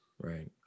Right